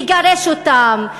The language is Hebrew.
נגרש אותם,